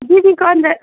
दिदीको अन्त